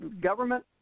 government